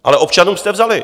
Ale občanům jste vzali.